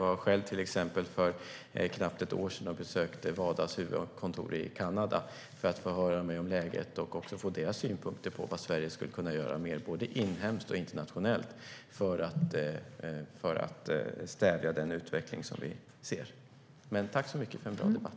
För knappt ett år sedan besökte jag själv till exempel WADA:s huvudkontor i Kanada för att få höra mer om läget och också få höra deras synpunkter på vad Sverige skulle kunna göra mer både nationellt och internationellt för att stävja den utveckling som vi ser. Tack så mycket för en bra debatt!